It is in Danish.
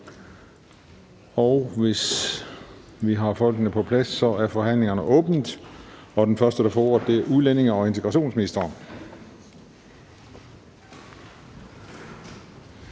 Hvis vi har folkene på plads, er forhandlingerne åbnet. Den første, der får ordet, er udlændinge- og integrationsministeren.